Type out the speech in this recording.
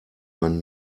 man